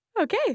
Okay